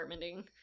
apartmenting